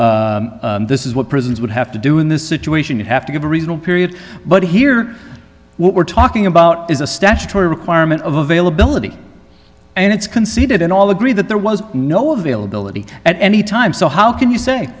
this is what prisons would have to do in this situation you have to give a reasonable period but here we're talking about is a statutory requirement of availability and it's conceded in all agree that there was no availability at any time so how can you say